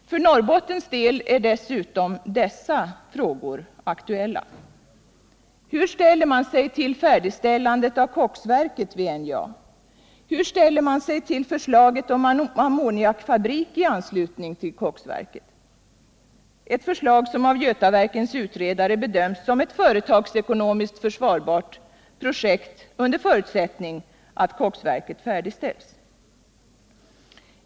För Norbottens del är dessutom dessa frågor aktuella: Hur ställer man sig till färdigställandet av koksverket vid NJA? Hur ställer man sig till förslaget om en ammoniakfabrik i anslutning till koksverket? Det förslaget bedöms av Götaverkens utredare som ett företagsekonomiskt försvarbart projekt, under förutsättning att koksverket färdigställs.